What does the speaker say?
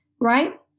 right